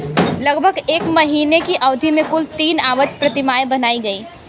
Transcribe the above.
लगभग एक महीने की अवधि में कुल तीन आवछ प्रतिमाएँ बनाई गईं